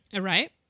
Right